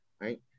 right